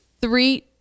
three